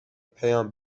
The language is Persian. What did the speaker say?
پیام